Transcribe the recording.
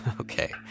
Okay